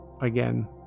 again